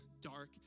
dark